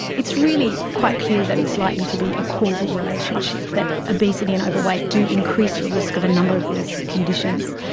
it's really quite clear that it's likely to be a causal relationship, that obesity and overweight do increase your risk of a number of these conditions.